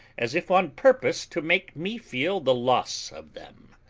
as if on purpose to make me feel the loss of them.